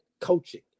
coaching